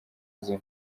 izo